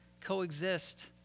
coexist